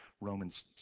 Romans